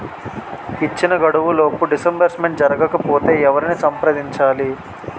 ఇచ్చిన గడువులోపు డిస్బర్స్మెంట్ జరగకపోతే ఎవరిని సంప్రదించాలి?